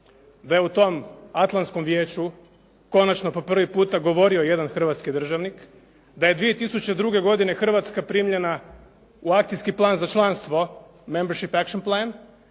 da je u tom Atlantskom vijeću konačno po prvi puta govorio jedan hrvatski državnik. Da je 2002. godine Hrvatska primljena u akcijski plan za članstvo “The Membership Ation Plane“